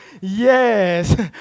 Yes